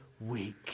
weak